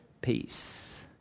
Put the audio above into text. Peace